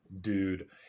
Dude